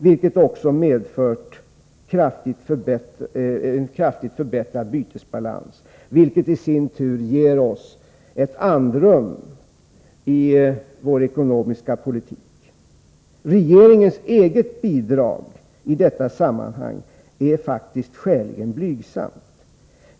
Detta har medfört en kraftigt förbättrad bytesbalans, vilket i sin tur ger oss ett andrum i vår ekonomiska politik. Regeringens eget bidrag i detta sammanhang är faktiskt skäligen blygsamt.